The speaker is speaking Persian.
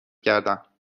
کردم